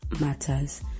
matters